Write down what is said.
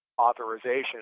authorization